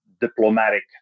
diplomatic